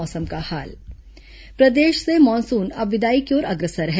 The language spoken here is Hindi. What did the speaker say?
मौसम प्रदेश से मानूसन अब विदाई की ओर अग्रसर है